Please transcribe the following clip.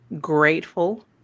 grateful